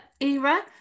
era